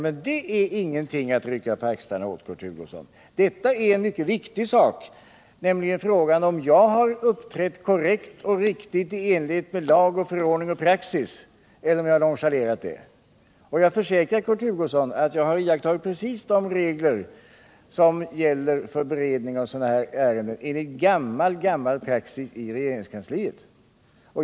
Men det är ingenting att rycka på axlarna åt, Kurt Hugosson. Detta är en mycket viktig fråga, nämligen om jag har uppträtt korrekt och riktigt i enlighet med lag och förordning och praxis eller om jag har nonchalerat det. Jag försäkrar Kurt Hugosson att jag har iakttagit precis de regler som gäller för beredning av sådana här ärenden i enlighet med gammal praxis i regeringskansliet.